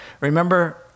remember